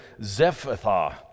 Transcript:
Zephathah